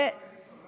אבל ביתר עילית לא.